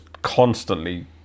constantly